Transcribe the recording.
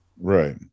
Right